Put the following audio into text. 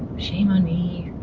shame on me.